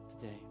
today